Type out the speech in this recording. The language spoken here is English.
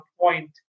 point